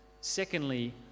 Secondly